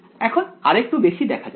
এখন আর একটু বেশি দেখা যাক